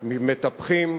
מטפחים.